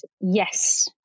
Yes